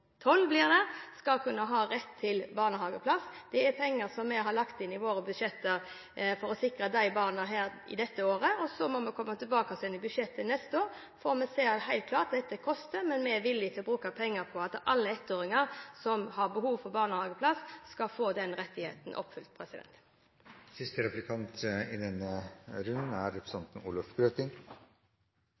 skal kunne ha rett til barnehageplass. Det er penger som vi har lagt inn i våre budsjetter for å sikre de barna i det året, og så må vi komme tilbake i budsjettet for neste år. Vi ser helt klart at dette koster, men vi er villige til å bruke penger på at alle ettåringer som har behov for barnehageplass, skal få den rettigheten oppfylt. Fremskrittspartiet går til kraftig angrep på dagens ordning med offentlige tilskudd i